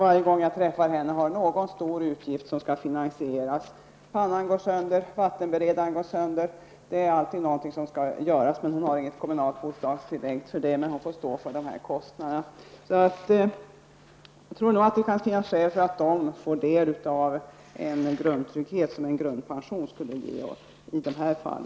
Varje gång jag träffar henne har hon någon stor utgift som skall finansieras -- pannan går sönder, vattenberedaren går sönder osv. Det är alltid någonting som skall göras, men hon har inget kommunalt bostadstillägg och får därför stå för dessa kostnader. Det kan nog finnas skäl för att dessa människor får del av den grundtrygghet en grundpension skulle ge i dessa fall.